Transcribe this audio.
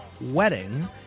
wedding